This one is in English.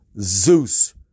Zeus